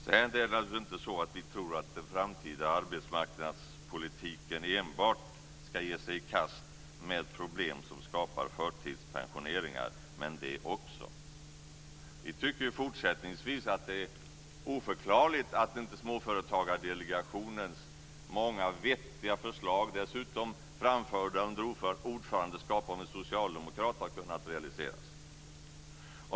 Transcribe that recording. Sedan är det naturligtvis så att vi inte tror att den framtida arbetsmarknadspolitiken enbart ska ge sig i kast med problem som skapar förtidspensioneringar, men man bör göra det också. Vi tycker fortsättningsvis att det är oförklarligt att inte Småföretagsdelegationens många vettiga förslag, framförda under ordförandeskap av en socialdemokrat, har kunnat realiseras.